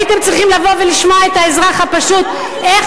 הייתם צריכים לבוא ולשמוע את האזרח הפשוט איך